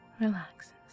relaxes